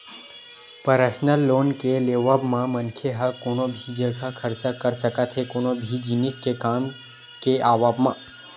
personal loan के लेवब म मनखे ह कोनो भी जघा खरचा कर सकत हे कोनो भी जिनिस के काम के आवब म